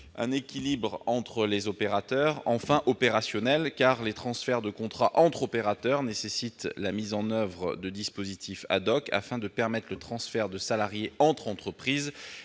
un équilibre entre les opérateurs. Opérationnelle, les transferts de contrats entre opérateurs nécessitant la mise en oeuvre de dispositifs afin de permettre le transfert de salariés entre entreprises